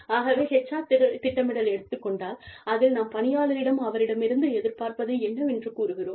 ஆகவே HR திட்டமிடல் எடுத்துக் கொண்டால் அதில் நாம் பணியாளரிடம் அவரிடமிருந்து எதிர்பார்ப்பது என்னவென்று கூறுகிறோம்